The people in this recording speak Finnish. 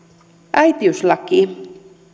äitiyslaki